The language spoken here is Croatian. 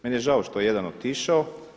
Meni je žao što je jedan otišao.